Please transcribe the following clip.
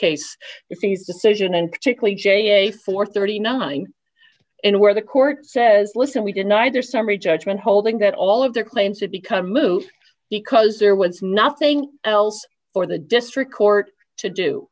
case if these decision and particularly j for thirty nine and where the court says listen we deny their summary judgment holding that all of their claims it becomes moot because there was nothing else for the district court to do